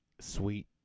sweet